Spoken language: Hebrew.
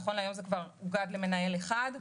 נכון להיום זה כבר אוגד למנהל אחד,